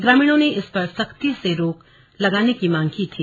ग्रामीणों ने इस पर सख्ती से रोक लगाने की मांग की थी